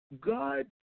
God